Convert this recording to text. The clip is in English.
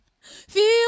Feel